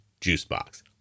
juicebox